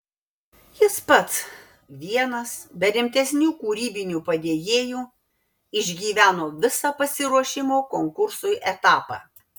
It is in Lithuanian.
jis pats vienas be rimtesnių kūrybinių padėjėjų išgyveno visą pasiruošimo konkursui etapą